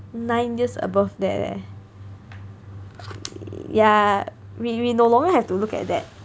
nine years above that leh yeah we we no longer have to look at that